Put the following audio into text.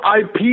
IP